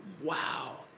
wow